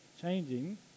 changing